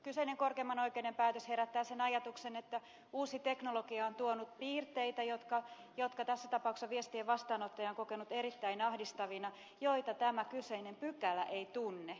kyseinen korkeimman oikeuden päätös herättää sen ajatuksen että uusi teknologia on tuonut piirteitä jotka tässä tapauksessa viestien vastaanottaja on kokenut erittäin ahdistavina ja joita tämä kyseinen pykälä ei tunne